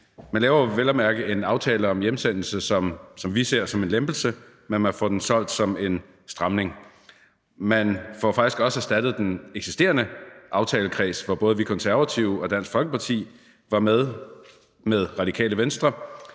Man laver jo vel at mærke en aftale om hjemsendelse, som vi ser som en lempelse, men man får den solgt som en stramning. Man får faktisk også erstattet den eksisterende aftalekreds, hvor både vi Konservative og Dansk Folkeparti og Radikale Venstre